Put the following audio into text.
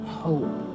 hope